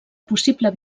possible